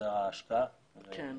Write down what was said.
החזר ההשקעה וכו'.